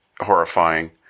horrifying